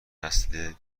نسل